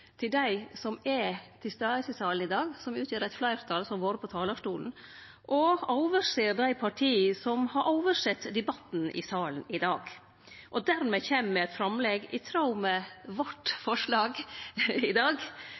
til dei som er til stades i salen i dag, som utgjer eit fleirtal, og som går opp på talarstolen og overser dei partia som har oversett debatten i salen i dag – og dermed kjem med framlegg i tråd med